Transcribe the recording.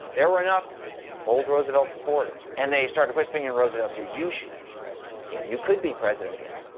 there were enough old roosevelt supporters. and they started whispering in roosevelt's ear, you should be president again. you could be president again.